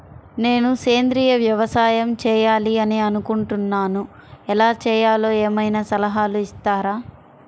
నేను సేంద్రియ వ్యవసాయం చేయాలి అని అనుకుంటున్నాను, ఎలా చేయాలో ఏమయినా సలహాలు ఇస్తారా?